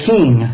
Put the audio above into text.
King